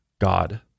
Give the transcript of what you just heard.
God